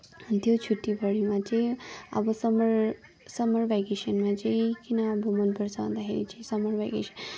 त्यो छुट्टीभरिमा चाहिँ अब समर समर भ्याकेसनमा चाहिँ किन अब मनपर्छ भन्दाखेरि चाहिँ समर भ्याकेसन